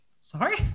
Sorry